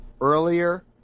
earlier